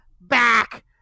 back